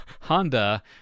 Honda